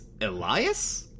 Elias